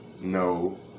No